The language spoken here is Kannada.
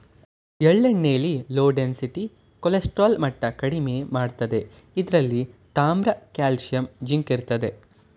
ಎಳ್ಳೆಣ್ಣೆಲಿ ಲೋ ಡೆನ್ಸಿಟಿ ಕೊಲೆಸ್ಟರಾಲ್ ಮಟ್ಟ ಕಡಿಮೆ ಮಾಡ್ತದೆ ಇದ್ರಲ್ಲಿ ತಾಮ್ರ ಕಾಲ್ಸಿಯಂ ಜಿಂಕ್ ಇರ್ತದೆ